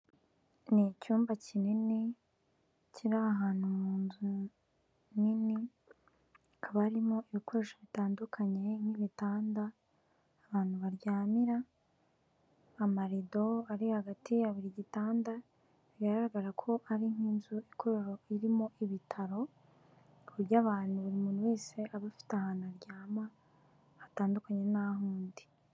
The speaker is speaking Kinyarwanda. Ni icyumba kinini, kiri ahantu mu nzu nini, hakaba harimo ibikoresho bitandukanye nk'ibitanda, ahantu baryamira, amarido ari hagati ya buri gitanda, bigaragara ko ari nk'inzu irimo ibitaro, kuburyo abantu buri muntu wese aba afite ahantu aryama hatandukanye n'ah'undi.